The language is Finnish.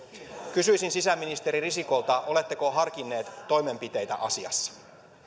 kysyisin sisäministeri risikolta oletteko harkinnut toimenpiteitä asiassa